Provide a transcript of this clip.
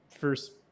first